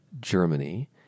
Germany